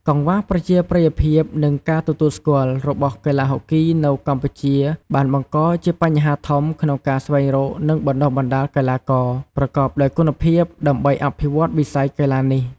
កង្វះប្រជាប្រិយភាព និងការទទួលស្គាល់ របស់កីឡាហុកគីនៅកម្ពុជាបានបង្កជា បញ្ហាធំ ក្នុងការ ស្វែងរកនិងបណ្ដុះបណ្ដាលកីឡាករ ប្រកបដោយគុណភាព ដើម្បីអភិវឌ្ឍវិស័យកីឡានេះ។